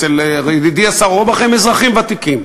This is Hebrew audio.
אצל ידידי השר אורבך הם אזרחים ותיקים.